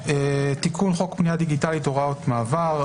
"תיקון חוק פנייה דיגיטלית, הוראות מעבר".